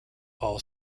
all